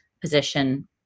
position